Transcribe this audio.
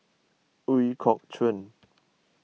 Ooi Kok Chuen